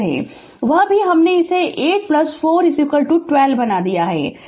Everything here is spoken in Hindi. वह भी हमने इसे 8 4 12 बना दिया है